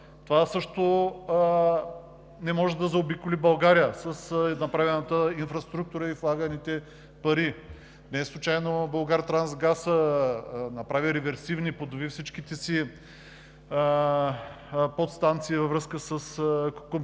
Това също не може да заобиколи България с направената инфраструктура и влаганите пари. Неслучайно „Булгартрансгаз“ направи реверсивни, поднови всичките си подстанции, за да може газът,